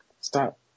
stop